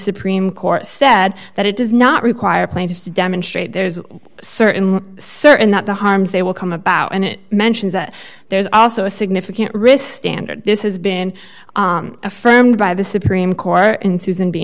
supreme court said that it does not require plaintiffs to demonstrate there is certainly certain that the harms they will come about and it mentions that there is also a significant risk standard this has been affirmed by the supreme court in susan b